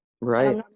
right